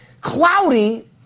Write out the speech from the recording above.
cloudy